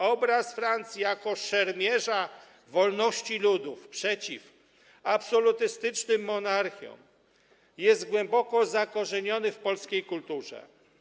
Obraz Francji jako szermierza wolności ludów występującego przeciw absolutystycznym monarchiom jest głęboko zakorzeniony w polskiej kulturze.